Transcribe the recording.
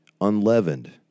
unleavened